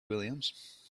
williams